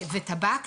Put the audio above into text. וטבק,